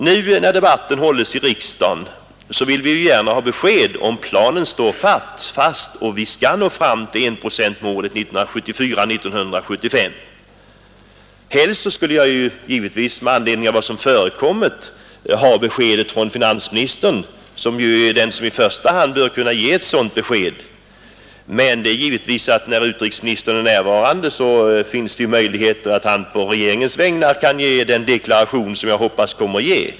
Nu när debatten hålls i kammaren vill vi gärna ha besked om planen står fast att vi skall nå fram till enprocentsmålet 1974/75. Helst skulle jag givetvis, med anledning av vad som förekommit, vilja ha beskedet från finansministern, som ju är den som i första hand bör kunna ge ett sådant besked. Men det är givet att när utrikesministern är närvarande finns det möjligheter att han på regeringens vägnar kan ge den deklaration som jag hoppas kommer att ges.